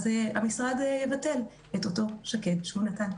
המשרד יבטל את אותו שק"ד שהוא נתן.